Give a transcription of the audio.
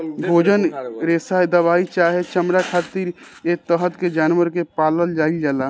भोजन, रेशा दवाई चाहे चमड़ा खातिर ऐ तरह के जानवर के पालल जाइल जाला